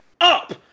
up